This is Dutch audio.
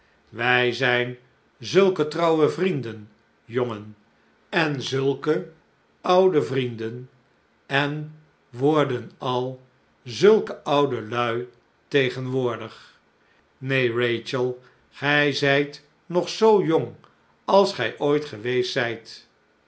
wij zijn zulke trouwe vrienden jongen en zulke oude vrienden en worden al zulke oude lui tegenwoordig neen rachel gij zijt nog zoo jong als gij ooit geweest zijt